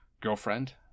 girlfriend